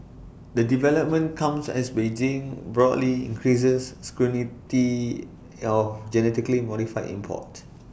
the development comes as Beijing broadly increases scrutiny of genetically modified imports